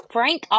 Frank